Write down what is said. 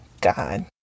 God